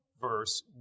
verse